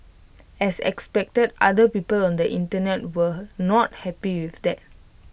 as expected other people on the Internet were not happy with that